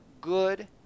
good